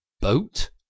boat